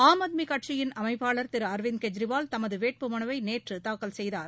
ஆம் ஆத்மி கட்சியின் அமைப்பாளர் திரு அரவிந்த் கெஜ்ரிவால் தமது வேட்புமனுவை நேற்று தாக்கல் செய்தார்